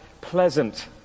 pleasant